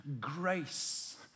grace